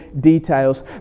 details